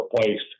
replaced